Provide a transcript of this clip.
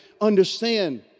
understand